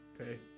okay